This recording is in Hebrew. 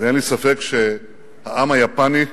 ואין לי ספק שהעם היפני,